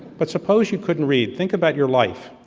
but suppose you couldn't read, think about your life,